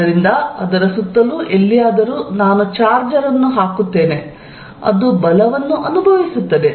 ಆದ್ದರಿಂದ ಅದರ ಸುತ್ತಲೂ ಎಲ್ಲಿಯಾದರೂ ನಾನು ಚಾರ್ಜರ್ ಅನ್ನು ಹಾಕುತ್ತೇನೆ ಅದು ಬಲವನ್ನು ಅನುಭವಿಸುತ್ತದೆ